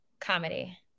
Comedy